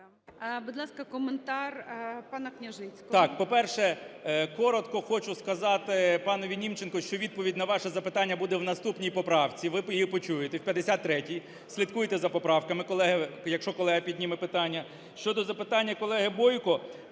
Будь ласка, коментар пана Княжицького.